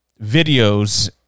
videos